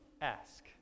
Ask